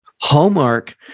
Hallmark